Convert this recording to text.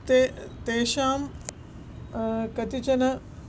ते तेषां कतिचन